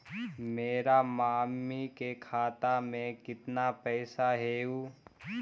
मेरा मामी के खाता में कितना पैसा हेउ?